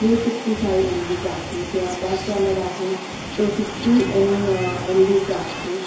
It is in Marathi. थ्रीसिक्स्टी फाइव एम जी चा आहे किंवा बॅक कॅमेरा आहे तो सिक्स्टी एम एम बीचा आहे